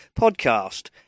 podcast